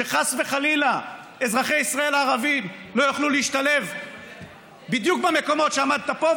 שחס וחלילה אזרחי ישראל הערבים לא יוכלו להשתלב בדיוק במקומות שעמדת פה,